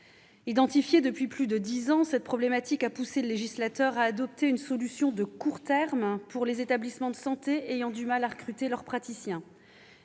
Identifiée depuis plus de dix ans, cette problématique a poussé le législateur à adopter une solution de court terme pour les établissements de santé ayant du mal à recruter leurs praticiens.